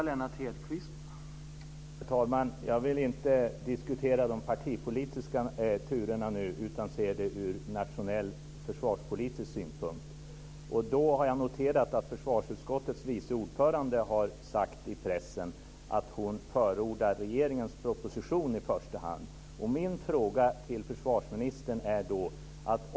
Herr talman! Jag vill inte diskutera de partipolitiska turerna nu utan ser det ur nationell försvarspolitisk synpunkt. Då har jag noterat att försvarsutskottets vice ordförande har sagt i pressen att hon förordar regeringens proposition i första hand. Därför ställer jag min fråga till försvarsministern.